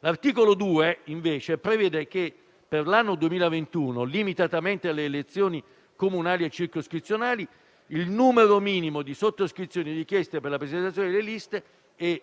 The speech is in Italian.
L'articolo 2, invece, prevede che per l'anno 2021, limitatamente alle elezioni comunali e circoscrizionali, il numero minimo di sottoscrizioni richieste per la presentazione delle liste e delle